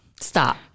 Stop